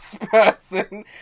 person